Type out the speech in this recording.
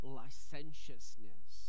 licentiousness